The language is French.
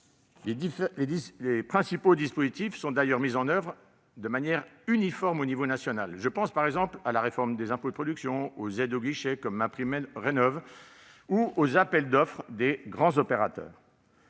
Les principaux dispositifs sont mis en oeuvre de manière uniforme au niveau national : je pense par exemple à la réforme des impôts de production, aux aides « de guichet » comme MaPrimeRénov'ou aux appels d'offres des grands opérateurs.